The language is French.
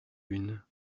une